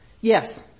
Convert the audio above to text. yes